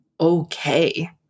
okay